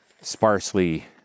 sparsely